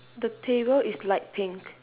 the table is light pink